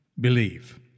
believe